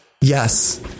yes